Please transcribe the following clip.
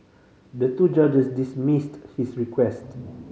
the two judges dismissed his request